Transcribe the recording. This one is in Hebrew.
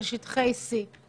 לנושא הזה של שטחי C כתוכנית